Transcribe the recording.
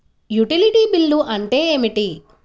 Utility bill అంటే ఏమిటి?